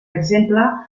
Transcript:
exemple